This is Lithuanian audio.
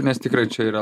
nes tikrai čia yra